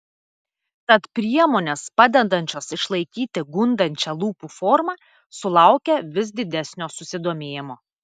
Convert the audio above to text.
tad priemonės padedančios išlaikyti gundančią lūpų formą sulaukia vis didesnio susidomėjimo